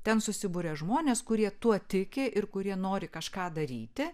ten susiburia žmonės kurie tuo tiki ir kurie nori kažką daryti